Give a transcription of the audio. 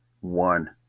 one